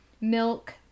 milk